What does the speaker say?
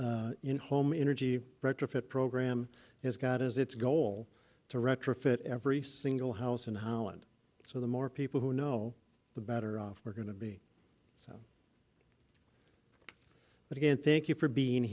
in home energy retrofit program has got as its goal to retrofit every single house in holland so the more people who know the better off we're going to be but again thank you for being